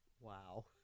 Wow